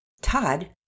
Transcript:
Todd